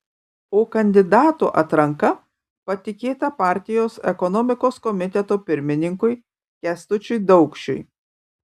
o kandidatų atranka patikėta partijos ekonomikos komiteto pirmininkui kęstučiui daukšiui